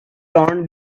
torn